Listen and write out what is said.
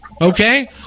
Okay